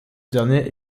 dernier